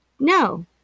No